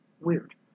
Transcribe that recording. weird